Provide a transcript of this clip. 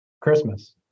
Christmas